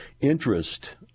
interest